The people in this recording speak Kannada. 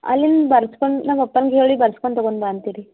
ಅಲ್ಲಿಂದ ಬರ್ಸ್ಕೊಳ್ತಾ ನಮ್ಮ ಅಪ್ಪನ್ಗ ಹೇಳಿ ಬರ್ಸ್ಕೊಂಡು ತಗೊಂಡು ಬಾ ಅಂತೀರಿ